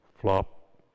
flop